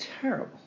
terrible